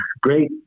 great